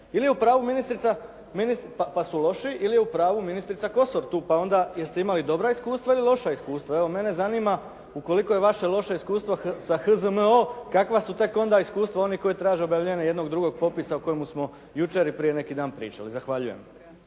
pa su loši ili je u pravu ministrica Kosor tu, pa onda jeste imali dobra iskustva ili loša iskustva. Evo, mene zanima ukoliko je vaše loše iskustvo s HZMO kakva su tek onda iskustva onih koji traže objavljivanje jednog drugog popisa o kojemu smo jučer i prije neki dan pričali. Zahvaljujem.